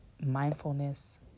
mindfulness